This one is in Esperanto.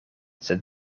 sed